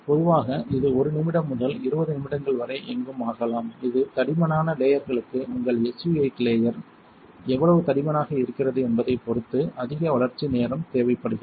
பொதுவாக இது 1 நிமிடம் முதல் 20 நிமிடங்கள் வரை எங்கும் ஆகலாம் இது தடிமனான லேயர்களுக்கு உங்கள் SU 8 லேயர் எவ்வளவு தடிமனாக இருக்கிறது என்பதைப் பொறுத்து அதிக வளர்ச்சி நேரம் தேவைப்படுகிறது